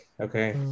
Okay